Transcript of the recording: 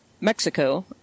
Mexico